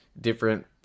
different